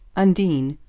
undine,